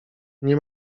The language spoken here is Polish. nie